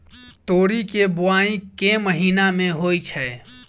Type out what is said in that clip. तोरी केँ बोवाई केँ महीना मे होइ छैय?